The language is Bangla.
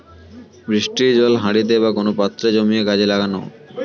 বৃষ্টির জল হাঁড়িতে বা কোন পাত্রে জমিয়ে কাজে লাগানো